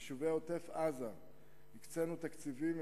ליישובי עוטף-עזה הקצינו תקציבים,